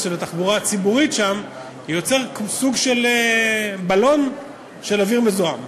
של התחבורה הציבורית שם יוצר סוג של בלון של אוויר מזוהם,